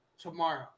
tomorrow